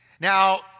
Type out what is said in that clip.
Now